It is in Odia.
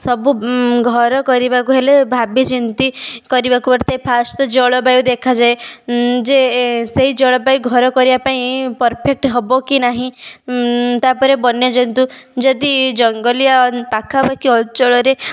ସବୁ ଘର କରିବାକୁ ହେଲେ ଭାବି ଚିନ୍ତି କରିବାକୁ ପଡ଼ିଥାଏ ଫାର୍ଷ୍ଟ ତ ଜଳବାୟୁ ଦେଖାଯାଏ ଯେ ସେଇ ଜଳବାୟୁ ଘର କରିବା ପାଇଁ ପରଫେକ୍ଟ ହବ କି ନାହିଁ ତା'ପରେ ବନ୍ୟଜନ୍ତୁ ଯଦି ଜଙ୍ଗଲିଆ ପାଖା ପାଖି ଅଞ୍ଚଳରେ